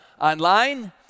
online